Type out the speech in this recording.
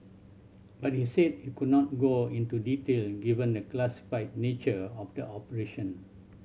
but he said he could not go into detail given the classified nature of the operation